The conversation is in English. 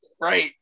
Right